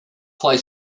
play